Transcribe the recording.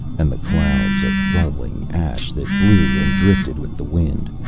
and the clouds of rolling ash that blew and drifted with the wind,